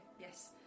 Yes